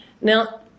Now